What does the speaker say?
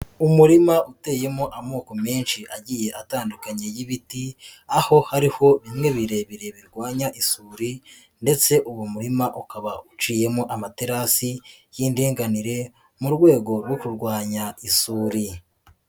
Umurima uteyemo amoko menshi agiye atandukanye y'ibiti, aho hariho bimwe birebire birwanya isuri ndetse uwo murima ukaba uciyemo amaterasi y'indinganire mu rwego rwo kurwanya isuri.